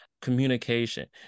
communication